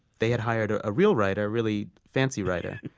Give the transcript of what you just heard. they had hired ah a real writer, a really fancy writer,